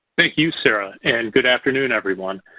thank you, sarah, and good afternoon everyone.